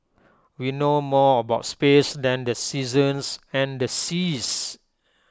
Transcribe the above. we know more about space than the seasons and the seas